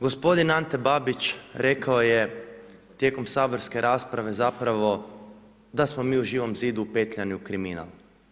Gospodin Ante Babić rekao je tijekom saborske rasprave zapravo da smo mi u Živom zidu upetljani u kriminal.